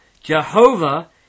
Jehovah